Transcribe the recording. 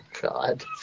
god